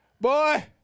Boy